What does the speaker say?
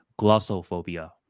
Glossophobia